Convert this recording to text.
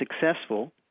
successful